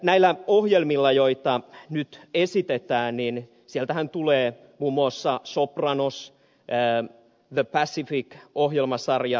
näitä ohjelmia joita nyt esitetään ovat muun muassa sopranos ja the pacific ohjelmasarjat